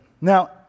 Now